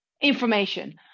information